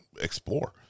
explore